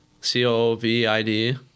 C-O-V-I-D